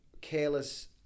careless